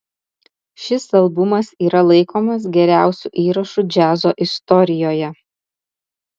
šis albumas yra laikomas geriausiu įrašu džiazo istorijoje